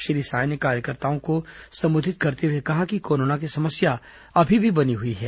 श्री साय ने कार्यकर्ताओं को संबोधित करते हुए कहा कि कोरोना की समस्या अभी भी बनी हुई है